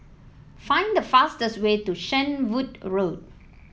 find the fastest way to Shenvood Road